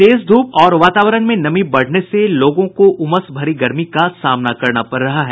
तेज धूप तथा वातावरण में नमी बढ़ने से लोगों को उमस भरी गर्मी का सामना करना पड़ रहा है